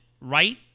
right